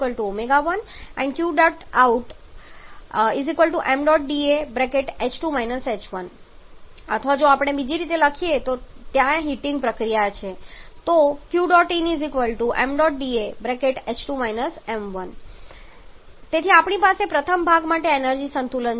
તેથી પ્રથમ પગલા દરમિયાન ω2 ω1 અને Q̇out ṁda h2 − h1 અથવા જો આપણે બીજી રીતે લખીએ જ્યાં તે હીટિંગ પ્રક્રિયા છે તો તે ધ્યાનમાં લેતા આપણે આ રીતે લખવું જોઈએ Q̇in ṁda h2 − h1 તેથી આપણી પાસે પ્રથમ ભાગ માટે એનર્જી સંતુલન છે